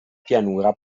pianura